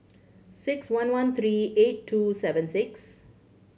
six one one three eight two seven six